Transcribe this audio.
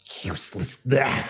Useless